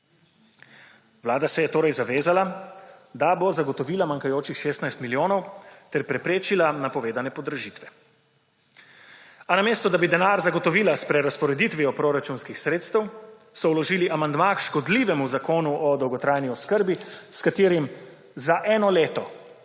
Vlada se je torej zavezala, da bo zagotovila manjkajočih 16 milijonov ter preprečila napovedane podražitve. A namesto, da bi denar zagotovila s prerazporeditvijo proračunskih sredstev so vložili amandma k škodljivemu zakonu o dolgotrajni oskrbi s katerim za eno leto